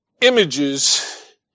images